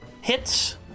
Hits